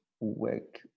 work